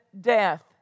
death